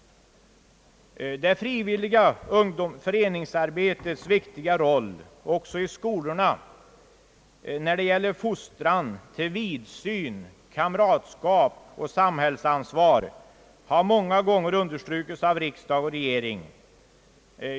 Det frivilliga föreningsarbetets viktiga roll — också i skolorna — när det gäller fostran till vidsyn, kamratskap och samhällsansvar har många gånger understrukits av riksdag och regering.